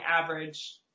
average